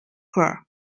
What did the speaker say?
her